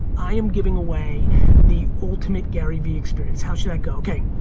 i am giving away the ultimate gary vee experience, how should that go? okay,